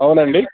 అవునండి